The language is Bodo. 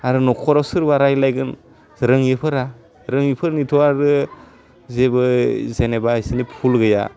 आरो नखराव सोरबा रायलाइगोन रोङिफोरा रोङिफोरनिथ' आरो जेबो जेनेबा बिसोरनि भुल गैया